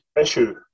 issue